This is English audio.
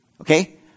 okay